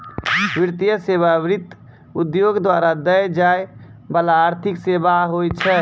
वित्तीय सेवा, वित्त उद्योग द्वारा दै जाय बाला आर्थिक सेबा होय छै